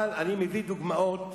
אבל אני מביא דוגמאות